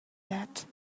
that